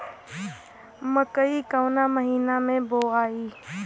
मकई कवना महीना मे बोआइ?